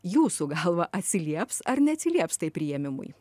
jūsų galva atsilieps ar neatsilieps tai priėmimui